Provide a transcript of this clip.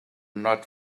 not